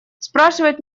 спрашивать